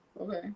okay